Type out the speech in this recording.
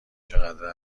چقدر